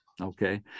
Okay